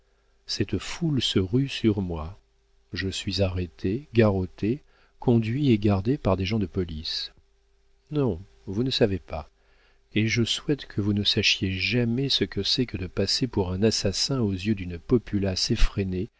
cette foule se rue sur moi je suis arrêté garrotté conduit et gardé par des gens de police non vous ne savez pas et je souhaite que vous ne sachiez jamais ce que c'est que de passer pour un assassin aux yeux d'une populace effrénée